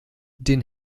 den